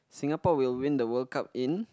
Singapore will win the World Cup in